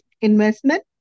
investment